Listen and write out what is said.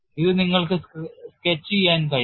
ഇത് നിങ്ങൾക്ക് സ്കെച്ച് ചെയ്യാൻ കഴിയും